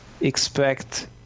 expect